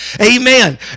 Amen